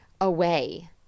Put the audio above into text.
away